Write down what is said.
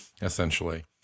essentially